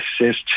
assist